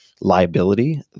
liability